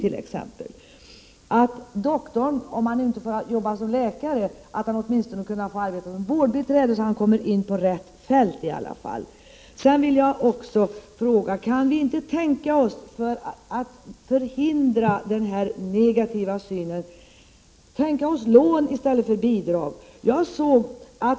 Likaså bör läkaren, om han inte får arbeta som läkare, åtminstone få arbeta som vårdbiträde, så att han kommer in på rätt fält. Jag vill också fråga: Kan vi inte för att förhindra en negativ syn tänka oss lån i stället för bidrag?